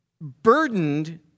burdened